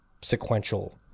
sequential